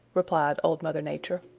replied old mother nature.